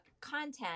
content